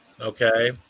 okay